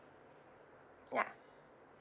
ya